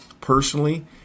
personally